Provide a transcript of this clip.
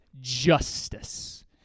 justice